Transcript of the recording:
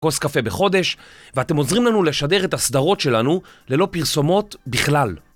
קוס קפה בחודש ואתם עוזרים לנו לשדר את הסדרות שלנו ללא פרסומות בכלל.